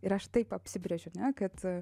ir aš taip apsibrėžiu ne kad